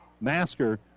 Masker